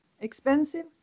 expensive